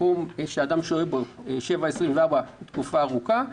מקום שאדם שוהה בו 24/7 במשך תקופה ארוכה.